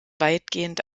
weitgehend